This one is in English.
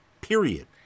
period